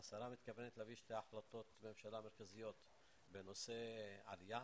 והשרה מתכוונת להביא שתי החלטות מרכזיות בנושא העלייה,